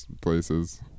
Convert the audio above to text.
places